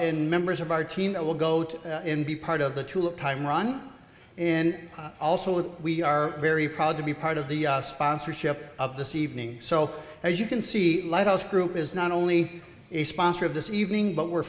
and members of our team that will go to be part of the tool time ron and also if we are very proud to be part of the sponsorship of this evening so as you can see lighthouse group is not only a sponsor of this evening but we're